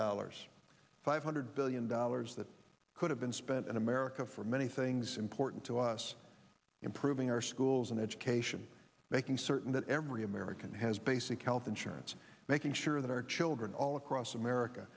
dollars five hundred billion dollars that could have been spent in america for many things important to us improving our schools and education making certain that every american has basic health insurance making sure that our children all across america